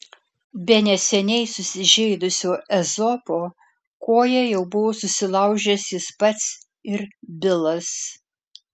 be neseniai susižeidusio ezopo koją jau buvo susilaužęs jis pats ir bilas